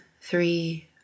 three